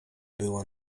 była